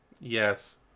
Yes